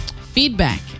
Feedback